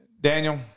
Daniel